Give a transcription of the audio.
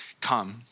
come